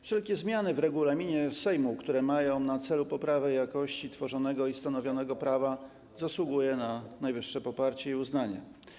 Wszelkie zmiany w regulaminie Sejmu, które mają na celu poprawę jakości tworzonego i stanowionego prawa, zasługują na najwyższe poparcie i uznanie.